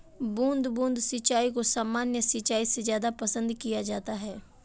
बूंद बूंद सिंचाई को सामान्य सिंचाई से ज़्यादा पसंद किया जाता है